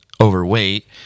overweight